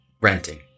Renting